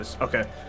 Okay